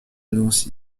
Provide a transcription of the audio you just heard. nancy